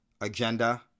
agenda